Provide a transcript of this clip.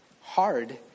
Hard